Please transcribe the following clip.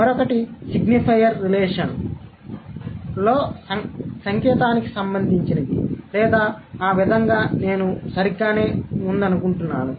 మరొకటి సిగ్నిఫైయర్ రిలేషన్లో సంకేతానికి సంబంధించినది లేదా ఆ విధంగా నేను సరిగ్గానే అనుకుంటున్నాను